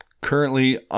currently